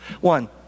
One